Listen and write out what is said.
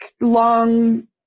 long